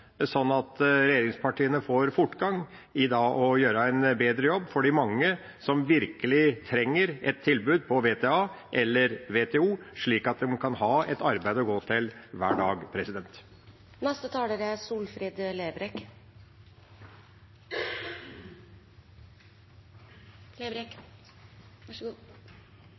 sånn at regjeringspartiene får fortgang i å gjøre en bedre jobb for de mange som virkelig trenger et tilbud om VTA eller VTO, slik at de kan ha et arbeid å gå til hver dag. VTA-arbeidsplassar utgjer kanskje den mest fargerike delen av norsk arbeidsliv og er